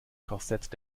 korsett